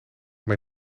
mij